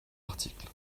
article